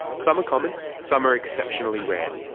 some are common, some are exceptionally rare,